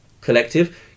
collective